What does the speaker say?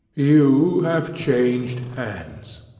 you have changed hands.